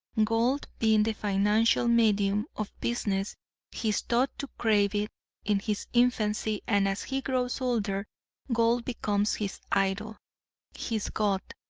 gold being the financial medium of business he is taught to crave it in his infancy and as he grows older gold becomes his idol his god.